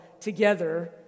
together